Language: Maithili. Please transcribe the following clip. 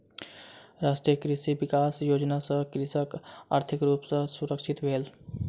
राष्ट्रीय कृषि विकास योजना सॅ कृषक आर्थिक रूप सॅ सुरक्षित भेल